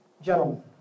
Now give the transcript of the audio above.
Gentlemen